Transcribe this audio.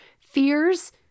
fears